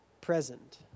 present